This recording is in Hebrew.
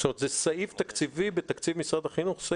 זה סעיף תקציבי בתקציב משרד החינוך?